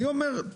אני אומר,